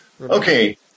Okay